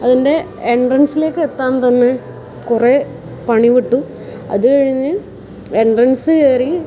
അതിൻ്റെ എൻട്രൻസിലേക്ക് എത്താൻ തന്നെ കുറേ പണിപെട്ടു അതുകഴിഞ്ഞ് എൻട്രൻസ് കയറി